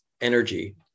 energy